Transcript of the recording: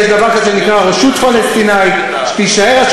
יש דבר כזה שנקרא "רשות פלסטינית" שתישאר רשות